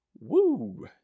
woo